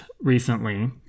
recently